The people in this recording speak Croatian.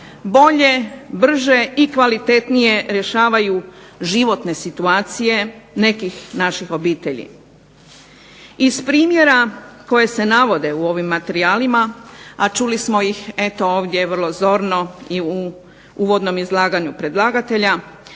bolje, brže i kvalitetnije rješavaju životne situacije nekih naših obitelji. Iz primjera koje se navode u ovim materijalima, a čuli smo ih ovdje vrlo zorno i u uvodnom izlaganju predlagatelja,